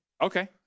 Okay